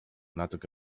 natuke